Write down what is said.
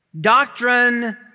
Doctrine